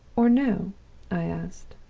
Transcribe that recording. or no' i asked.